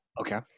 Okay